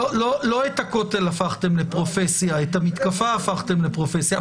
לא את הכותל הפכתם לפרופסיה,